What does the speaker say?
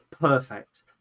Perfect